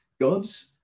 God's